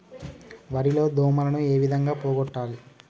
వరి లో దోమలని ఏ విధంగా పోగొట్టాలి?